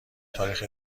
تاریخ